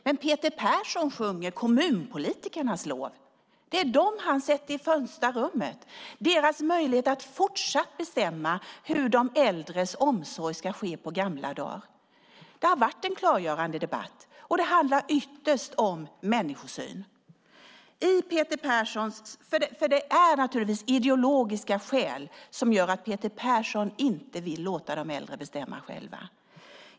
Peter Persson sjunger dock kommunpolitikernas lov. Det är dem han sätter i främsta rummet - deras möjlighet att fortsatt bestämma hur omsorgen om de äldre ska ske. Det har varit en klargörande debatt, och det handlar ytterst om människosyn. Det är naturligtvis ideologiska skäl som gör att Peter Persson inte vill låta de äldre bestämma själva.